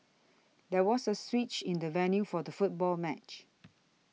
there was a switch in the venue for the football match